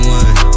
one